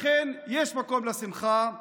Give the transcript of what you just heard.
לכן יש מקום לשמחה,